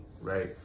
right